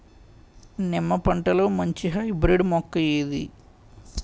నిమ్మ పంటలో మంచి హైబ్రిడ్ మొక్క ఏది?